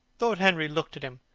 lord henry looked at him.